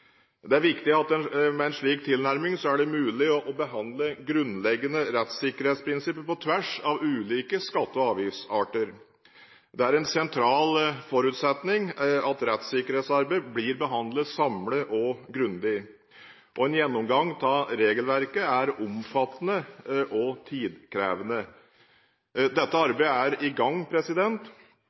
Det er viktig at det med en slik tilnærming er mulig å behandle grunnleggende rettssikkerhetsprinsipper på tvers av ulike skatte- og avgiftsarter. Det er en sentral forutsetning at rettssikkerhetsarbeidet blir behandlet samlet og grundig, og en gjennomgang av regelverket er omfattende og tidkrevende. Dette arbeidet er i gang,